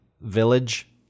village